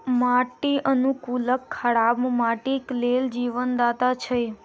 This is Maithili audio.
माटि अनुकूलक खराब माटिक लेल जीवनदाता छै